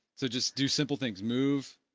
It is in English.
so just do simple things, move,